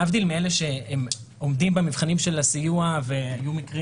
להבדיל מאלה שהם עומדים במבחנים של הסיוע והיו מקרים